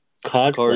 Card